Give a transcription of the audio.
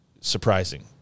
surprising